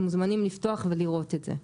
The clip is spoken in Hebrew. אתם מוזמנים לפתוח ולראות את זה.